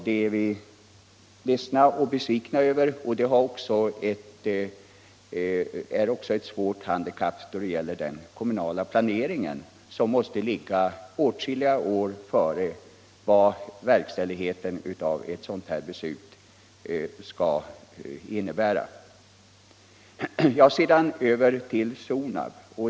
Det är vi ledsna och besvikna över, och det är också ett svårt handikapp när det gäller den kommunala planeringen, som måste ligga åtskilliga år före vad verkställigheten av ett sådant här beslut skall innebära. Sedan över till Sonab.